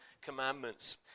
Commandments